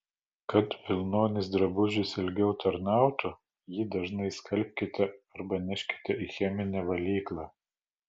kad vilnonis drabužis ilgiau tarnautų jį dažnai skalbkite arba neškite į cheminę valyklą